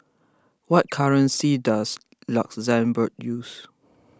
what currency does Luxembourg use